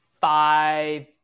Five